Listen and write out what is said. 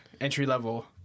entry-level